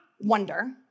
wonder